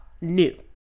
new